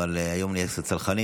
אבל היום נהיה קצת סלחנים.